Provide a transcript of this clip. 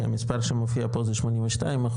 כי המספר שמופיע פה זה 82%,